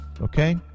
okay